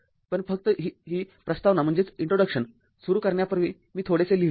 पण फक्त ही प्रस्तावना सुरू करण्यासाठी मी थोडेसे लिहिले आहे